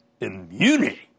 immunity